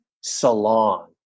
salon